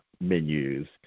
menus